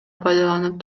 пайдаланып